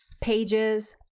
pages